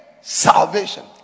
salvation